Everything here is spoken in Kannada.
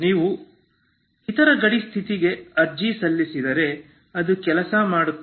ನೀವು ಇತರ ಗಡಿ ಸ್ಥಿತಿಗೆ ಅರ್ಜಿ ಸಲ್ಲಿಸಿದರೆ ಅದು ಕೆಲಸ ಮಾಡುತ್ತದೆ